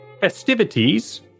festivities